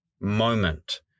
moment